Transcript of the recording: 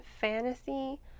fantasy